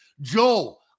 Joel